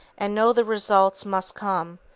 and know the results must come,